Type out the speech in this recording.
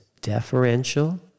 deferential